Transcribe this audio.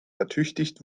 ertüchtigt